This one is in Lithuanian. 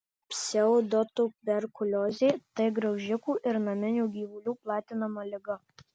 pseudotuberkuliozė tai graužikų ir naminių gyvulių platinama liga